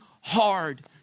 hard